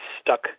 stuck